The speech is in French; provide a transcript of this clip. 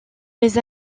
les